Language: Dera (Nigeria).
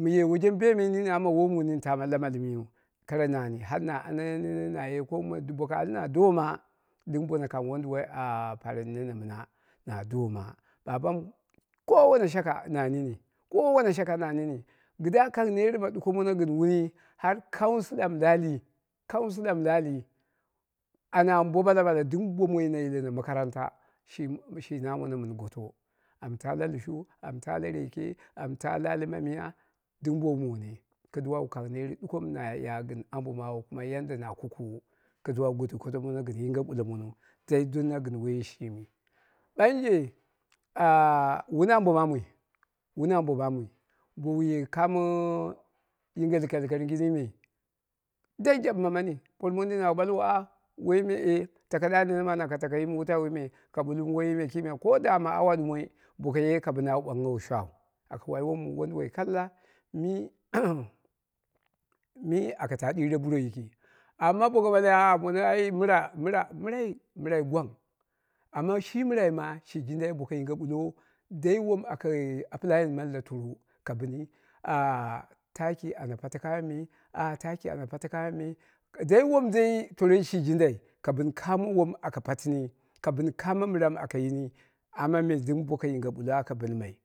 mɨ ye wajen bemei amma woi mu nini taama la anama limiyu kara nani har na anano nene naye komi boko ahe domma na kang wonduwoi a fareni nene mɨna na doma, ɓabamu kowane shaka na nini, kowane shaka na nini kidda kang net ma ɗuko mono gɨn wuni han councilor mi laalii, councilor mɨ laalii a namini bo ɓala ɓala ɗim bono yileno ma karanta shi namono mu goto am taa la lushu amta la reke amta la ali ma miya ɗɨm bo monne kɨduwa wu kang net ɗuko mɨ naya gɨn ambo maawu ko yadda na kukuwu, ɗuko mono gɨn yinge ɓullo mono gɨn woiyi shimi ɓanje wuni ambo maamui, wuni ambo maamui bowu ye kamoi yinge likalkatgini me dai jaɓɨma mani por mondin au ɓalwo ah tako ɗaɗi mana ka tako yimu wutauwi me, ko da ma hour ɗumoi bo ko ye ka bɨni au ɓangnghowo shau aka wai wom won duwoi kalla mi aka ta ɗire buro yiki amma boko ɓale moni ai mɨra mɨra to mɨrai hgwang amma shi mɨra mi shi jindai boko yinge ɓullo dai aka applyinh mani la torra ka ɓɨni, taki aka pale taki dai wom dei torro shi jindai kamo wom aka patini ka ɓɨmn kamo mɨrai mɨ aka yini amma me ɗim boko yingi bullo aka bɨnmai